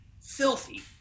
filthy